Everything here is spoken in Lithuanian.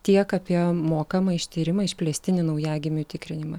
tiek apie mokamą ištyrimą išplėstinį naujagimių tikrinimą